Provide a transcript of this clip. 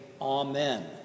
amen